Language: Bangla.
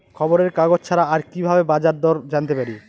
খবরের কাগজ ছাড়া আর কি ভাবে বাজার দর জানতে পারি?